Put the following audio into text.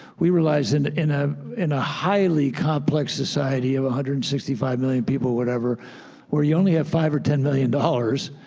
we realized and in ah in a highly complex society of hundred and sixty five million people or whatever where you only have five or ten million dollars,